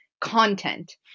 content